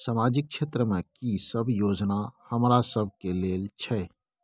सामाजिक क्षेत्र में की सब योजना हमरा सब के लेल छै?